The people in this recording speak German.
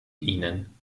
ihnen